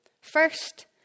First